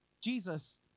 Jesus